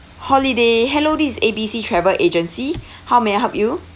holiday hello this A B C travel agency how may I help you